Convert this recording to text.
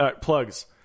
Plugs